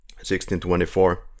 1624